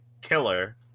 killer